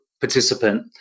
participant